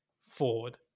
forward